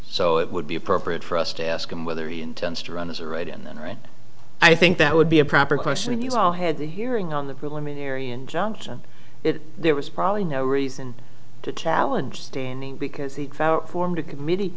so it would be appropriate for us to ask him whether he intends to run as a write in then write i think that would be a proper question if you all had the hearing on the preliminary injunction that there was probably no reason to challenge standing because he formed a committee